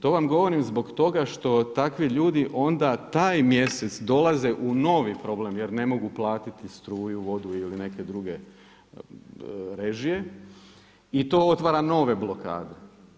To vam govorim zbog toga što takvi ljudi onda taj mjesec dolaze u novi problem jer ne mogu platiti struju, vodu ili neke druge režije i to otvara nove blokade.